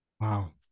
Wow